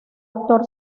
actor